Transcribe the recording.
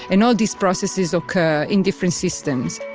and all these processes occur in different systems